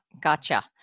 Gotcha